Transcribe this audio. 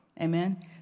Amen